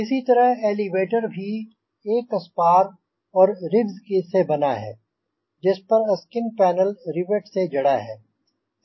इसी तरह एलेवेटर भी एक स्पार और रिब्ज़ से बना है जिस पर स्किन पैनल रिवेट से जड़ा है